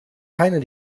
keiner